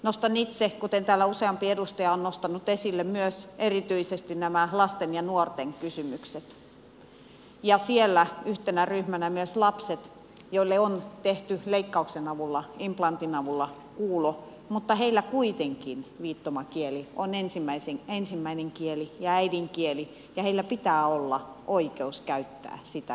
nostan itse kuten täällä useampi edustaja on nostanut esille myös erityisesti nämä lasten ja nuorten kysymykset ja siellä yhtenä ryhmänä myös lapset joille on tehty leikkauksen avulla implantin avulla kuulo mutta heillä kuitenkin viittomakieli on ensimmäinen kieli ja äidinkieli ja heillä pitää olla oikeus käyttää sitä jatkossakin